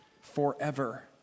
forever